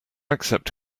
accept